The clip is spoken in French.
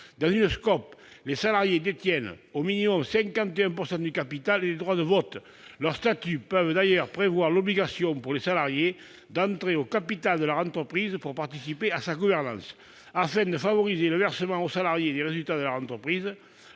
Dans une SCOP, les salariés détiennent au minimum 51 % du capital et des droits de vote. Leurs statuts peuvent d'ailleurs prévoir l'obligation pour les salariés d'entrer au capital de leur entreprise afin de participer à sa gouvernance. En vue de favoriser le versement aux salariés des résultats de leur entreprise,